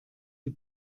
die